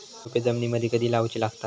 रोपे जमिनीमदि कधी लाऊची लागता?